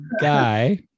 guy